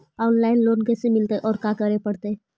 Online loan कैसे मिलतै औ का करे पड़तै?